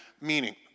meaning